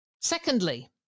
Secondly